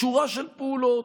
בשורה של פעולות.